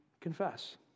confess